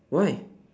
why